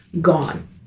gone